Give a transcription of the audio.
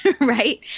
right